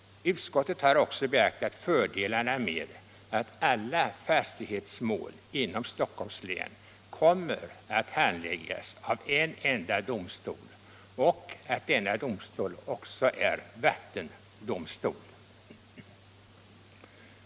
Utskottet har också beaktat fördelarna med att alla fastighetsmål inom Stockholms län kommer att handläggas av en enda domstol och att denna domstol också är vattendomstol.